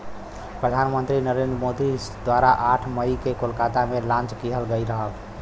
प्रधान मंत्री नरेंद्र मोदी द्वारा आठ मई के कोलकाता में लॉन्च किहल गयल रहल